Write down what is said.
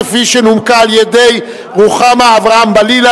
כפי שנומקה על-ידי רוחמה אברהם-בלילא,